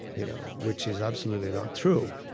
you know which is absolutely not true,